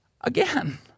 Again